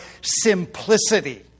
simplicity